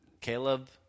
Caleb